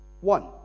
One